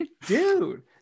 dude